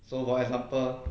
so for example